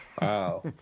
Wow